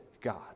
God